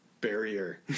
barrier